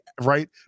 right